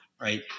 right